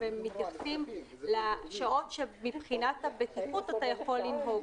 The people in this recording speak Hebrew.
והם מתייחסים לשעות שמבחינת הבטיחות אתה יכול לנהוג.